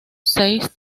seis